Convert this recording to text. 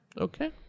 okay